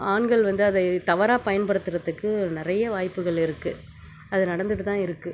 ஆண்கள் வந்து அதை தவறாக பயன்படுத்துறதுக்கு நிறைய வாய்ப்புகள் இருக்கு அது நடந்துகிட்டு தான் இருக்கு